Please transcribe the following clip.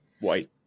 white